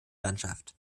landschaft